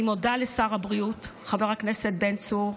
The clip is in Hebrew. אני מודה לשר הבריאות חבר הכנסת בן צור,